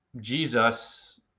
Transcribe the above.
Jesus